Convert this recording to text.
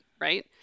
right